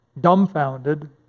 dumbfounded